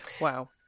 wow